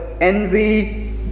envy